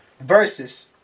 Versus